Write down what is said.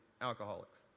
alcoholics